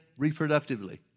reproductively